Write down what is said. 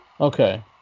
Okay